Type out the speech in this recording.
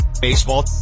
Baseball